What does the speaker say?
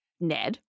Ned